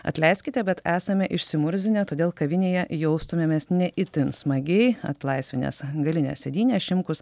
atleiskite bet esame išsimurzinę todėl kavinėje jaustumėmės ne itin smagiai atlaisvinęs galinę sėdynę šimkus